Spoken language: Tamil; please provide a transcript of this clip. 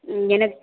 என்ன